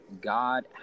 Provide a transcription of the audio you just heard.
God